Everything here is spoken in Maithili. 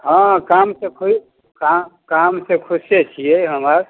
हँ काम से काम काम से खुशे छियै हम आर